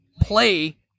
play